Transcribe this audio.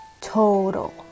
total